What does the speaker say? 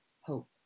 hope